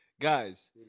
Guys